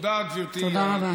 תודה רבה.